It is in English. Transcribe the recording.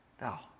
Now